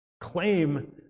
Claim